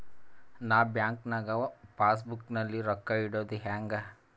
ನಾ ಬ್ಯಾಂಕ್ ನಾಗ passbook ನಲ್ಲಿ ರೊಕ್ಕ ಇಡುದು ಹ್ಯಾಂಗ್?